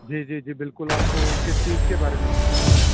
جی جی جی بالکل آپ کو کس چیز کے بارے میں پوچھنا ہے